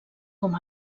com